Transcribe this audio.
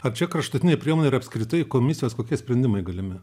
ar čia kraštutinė priemonė ir apskritai komisijos kokie sprendimai galimi